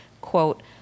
quote